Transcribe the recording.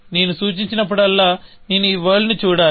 నేను సూచించినప్పుడల్లా నేను ఈ వరల్డ్ ని చూడాలి